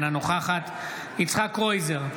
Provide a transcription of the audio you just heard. אינה נוכחת יצחק קרויזר,